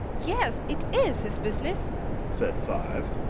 yes, it is his business said five,